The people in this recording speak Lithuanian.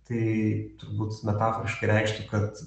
tai turbūt metaforiškai reikštų kad